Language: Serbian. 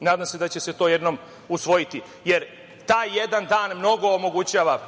Nadam se da će se to jednom usvojiti, jer taj jedan dan mnogo omogućava